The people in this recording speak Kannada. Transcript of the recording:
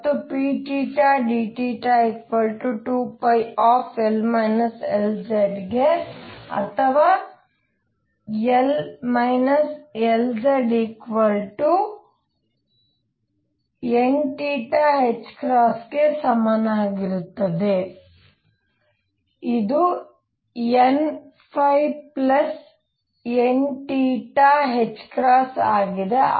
ಮತ್ತು ∫pd2πL Lz ಗೆ ಅಥವಾ L Lz n ಗೆ ಸಮಾನವಾಗಿರುತ್ತದೆ ಇದು nn ಆಗಿದೆ